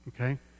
Okay